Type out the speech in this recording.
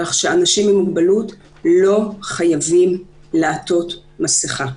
כך שאנשים עם מוגבלות לא חייבים לעטות מסכה.